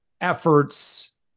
efforts